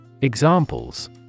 Examples